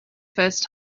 first